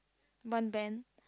one band